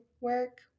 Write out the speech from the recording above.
work